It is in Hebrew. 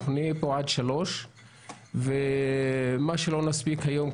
אנחנו נהיה פה עד 15:00. מה שלא נספיק היום,